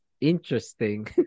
interesting